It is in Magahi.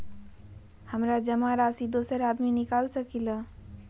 हमरा जमा राशि दोसर आदमी निकाल सकील?